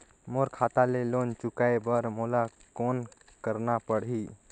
मोर खाता ले लोन चुकाय बर मोला कौन करना पड़ही?